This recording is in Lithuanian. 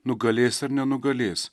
nugalės ar nenugalės